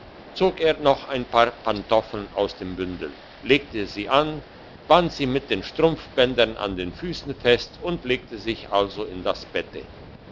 zog er noch ein paar pantoffeln aus dem bündel legte sie an band sie mit den strumpfbändeln an den füssen fest und legte sich also in das bette